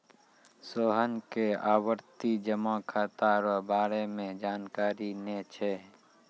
सोहन के आवर्ती जमा खाता रो बारे मे जानकारी नै छै